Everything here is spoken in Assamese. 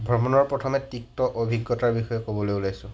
ভ্ৰমণৰ প্ৰথমে তিক্ত অভিজ্ঞতাৰ বিষয়ে ক'বলৈ ওলাইছোঁ